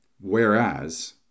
Whereas